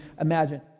imagine